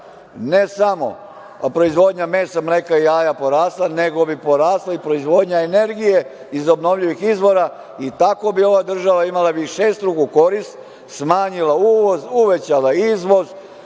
ne samo proizvodnja mesa, mleka, jaja porasla, nego bi porasla i proizvodnja energije iz obnovljivih izvora i tako bi ova država imala višestruku korist, smanjila uvoz, uvećala izvoz,